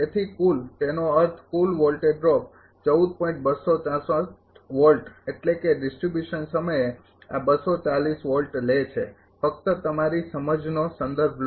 તેથી કુલ તેનો અર્થ કુલ વોલ્ટેજ ડ્રોપ એટલે કે ડિસ્ટ્રિબ્યુશન સમયે આ લે છે ફક્ત તમારી સમજનો સંદર્ભ લો